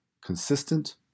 consistent